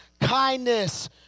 Kindness